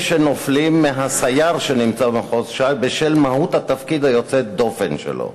שנופלים מהסייר שנמצא במחוז ש"י בשל מהות התפקיד היוצא-דופן שלו.